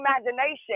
imagination